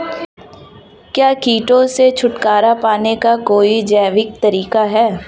क्या कीटों से छुटकारा पाने का कोई जैविक तरीका है?